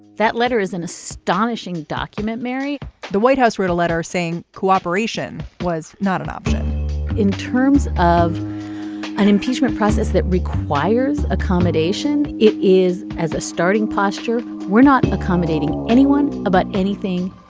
that letter is an astonishing document mary the white house wrote a letter saying cooperation was not an option in terms of an impeachment process that requires accommodation. it is as a starting posture. we're not accommodating anyone about anything.